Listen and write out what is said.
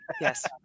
Yes